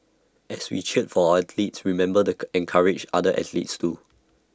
as we cheer for athletes remember the encourage other athletes too